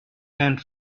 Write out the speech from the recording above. and